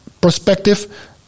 perspective